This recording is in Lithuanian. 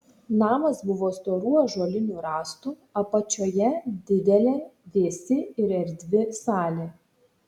namas buvo storų ąžuolinių rąstų apačioje didelė vėsi ir erdvi salė